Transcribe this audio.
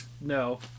No